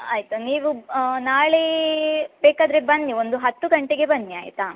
ಆಯಿತು ನೀವು ನಾಳೆ ಬೇಕಾದರೆ ಬನ್ನಿ ಒಂದು ಹತ್ತು ಗಂಟೆಗೆ ಬನ್ನಿ ಆಯಿತಾ